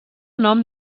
nom